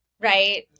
right